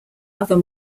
other